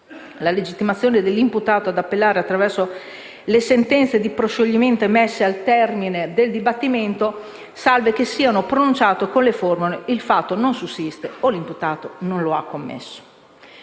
la legittimazione dell'imputato ad appellare avverso le sentenze di proscioglimento emesse al termine del dibattimento, salvo che siano pronunciate con le formule: «il fatto non sussiste» o «l'imputato non lo ha commesso».